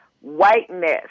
whiteness